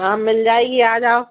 हाँ मिल जाएगी आ जाओ